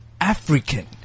African